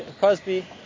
Cosby